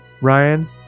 Ryan